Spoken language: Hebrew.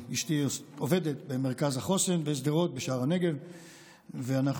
אשתי עובדת במרכז החוסן בסדרות בשער הנגב ואנחנו